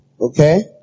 Okay